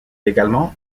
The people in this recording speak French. également